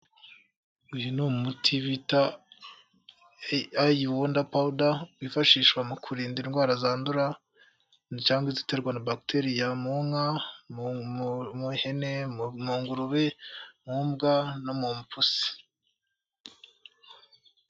Uyu ni umuti bita ayiwonda pawuda, wifashishwa mu kurinda indwara zandura cyangwa ziterwa na bagiteriya, mu nka, mu hene, mu ngurube, mu mbwa no mu pusi.